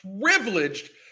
privileged